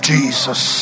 Jesus